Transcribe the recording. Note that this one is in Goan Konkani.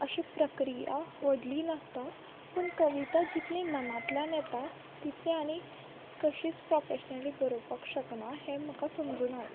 अशी प्रक्रिया व्हडली नासता पूण कविता जितली मनांतल्यान येता तितली आनी कशीच प्रोफेशनली बरोपाक शकता हें म्हाका समजून आयलां